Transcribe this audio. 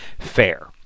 fair